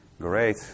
Great